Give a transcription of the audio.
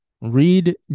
Read